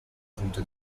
punto